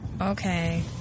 Okay